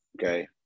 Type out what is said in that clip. okay